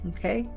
Okay